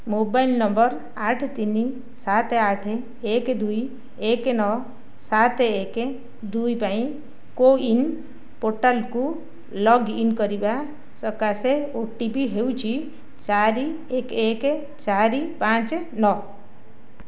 mobile number ଆଠ ତିନି ସାତ ଆଠ ଏକ ଦୁଇ ଏକ ନଅ ସାତ ଏକ ଦୁଇ ପାଇଁ କୋୱିନ ପୋର୍ଟାଲକୁ ଲଗ୍ ଇନ୍ କରିବା ସକାଶେ ଓ ଟି ପି ହେଉଛି ଚାରି ଏକ ଏକ ଚାରି ପାଞ୍ଚ ନଅ